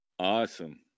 awesome